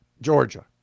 Georgia